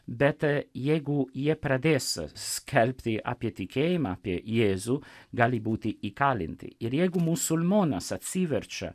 bet jeigu jie pradės skelbti apie tikėjimą apie jėzų gali būti įkalinti ir jeigu musulmonas atsiverčia